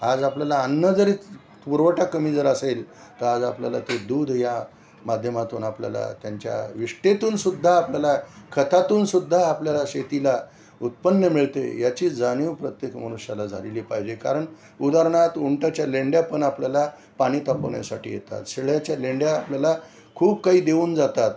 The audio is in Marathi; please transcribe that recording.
आज आपल्याला अन्न जरी पुरवठा कमी जर असेल तर आज आपल्याला ते दूध या माध्यमातून आपल्याला त्यांच्या विष्टेतूनसुद्धा आपल्याला खतातूनसुद्धा आपल्याला शेतीला उत्पन्न मिळते याची जाणीव प्रत्येक मनुष्याला झालेली पाहिजे कारण उदाहरणार्थ उंटाच्या लेंड्या पण आपल्याला पाणी तापवण्यासाठी येतात शेळ्याच्या लेंड्या आपल्याला खूप काही देऊन जातात